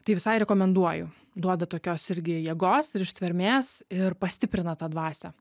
tai visai rekomenduoju duoda tokios irgi jėgos ir ištvermės ir pastiprina tą dvasią